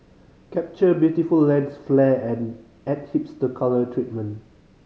capture beautiful lens flare and add hipster colour treatment